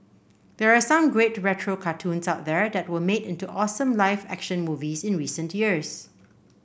there are some great retro cartoons out there that were made into awesome live action movies in recent years